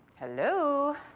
hello?